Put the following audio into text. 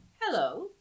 Hello